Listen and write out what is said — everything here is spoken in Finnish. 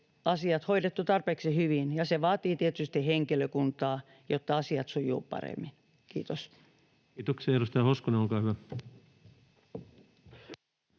asiat hoidettu tarpeeksi hyvin. Ja se vaatii tietysti henkilökuntaa, jotta asiat sujuvat paremmin. — Kiitos. [Speech 134] Speaker: